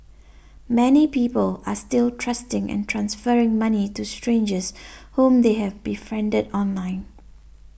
many people are still trusting and transferring money to strangers whom they have befriended online